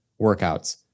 workouts